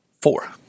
four